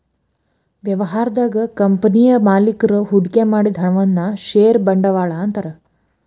ವ್ಯವಹಾರದಾಗ ಕಂಪನಿಯ ಮಾಲೇಕರು ಹೂಡಿಕೆ ಮಾಡಿದ ಹಣವನ್ನ ಷೇರ ಬಂಡವಾಳ ಅಂತಾರ